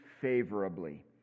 favorably